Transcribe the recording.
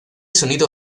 sonido